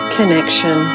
Connection